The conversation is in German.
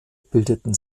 bildeten